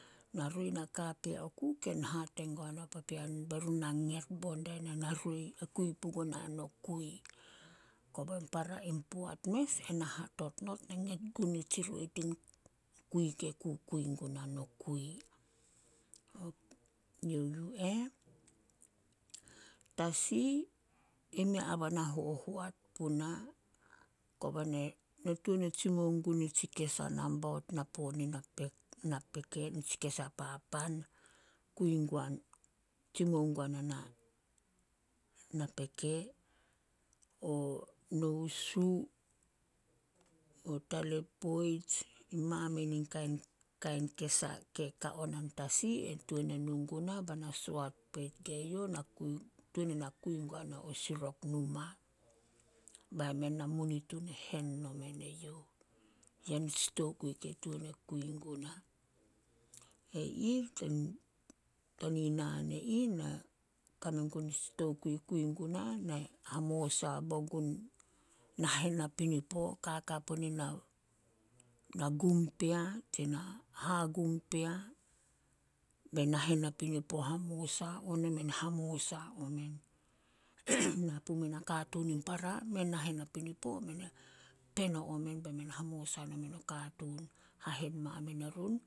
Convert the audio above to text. Na roi na kapea oku, ken hate guo na o papean berun na nget bo dia na na roi e kui puguna nokui. Koba para in poat mes, ena hatot not na nget gun nitsi roi tin kui ke kukui guna nokui. Youh yu eh. Tasi, i mei aban na hohoat puna. Koba ne- ne tuan e tsimou gun nitsi kesa nambaut napoon in napeke, nitsi kesa papan, tsimou guana napeke. O nousu, o talepoits, in mamein in kain- kain kesa ke ka onan tasi, e tuan e nu guna ba na soat poit ge youh na kui, tuan e na kui guana o sirok numa. Ba men namunitun hen nomen eyouh. Ya nitsi tokui ke tuan e kui guna. He ih, tani naan e ih, na kame gun tsi tokui kui guna, na hamosa bo gun nahen napinipo kaka puni na- na gum pea tsi na hagum pea, be nahen napinipo hamosa on be men e hamosa o men. Na pumen nakatuun in para, men nahen napinipo, men peno omen be men e hamosa nonem o katuun, hahen mamen erun.